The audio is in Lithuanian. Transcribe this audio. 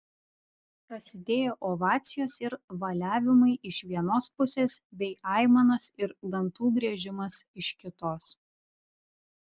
prasidėjo ovacijos ir valiavimai iš vienos pusės bei aimanos ir dantų griežimas iš kitos